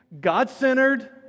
God-centered